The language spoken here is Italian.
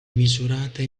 misurata